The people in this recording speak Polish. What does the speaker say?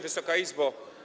Wysoka Izbo!